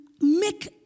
make